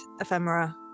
Ephemera